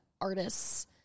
artists